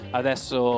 adesso